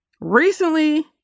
recently